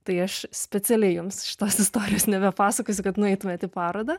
tai aš specialiai jums šitos istorijos nebepasakosiu kad nueitumėt į parodą